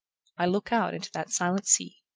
i look out into that silent sea.